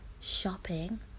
shopping